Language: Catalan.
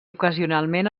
ocasionalment